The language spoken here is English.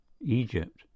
Egypt